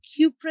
cupric